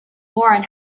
warren